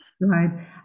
Right